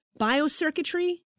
biocircuitry